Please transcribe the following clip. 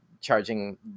charging